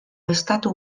estatu